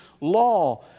law